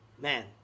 man